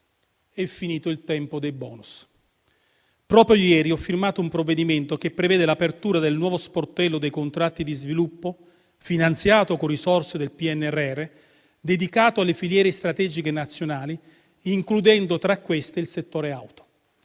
È finito il tempo dei *bonus*. Proprio ieri ho firmato un provvedimento che prevede l'apertura del nuovo sportello dei contratti di sviluppo, finanziato con risorse del PNRR, dedicato alle filiere strategiche nazionali, includendo tra queste il settore auto.